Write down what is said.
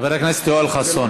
חבר הכנסת יואל חסון,